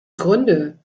gründe